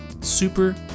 Super